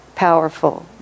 powerful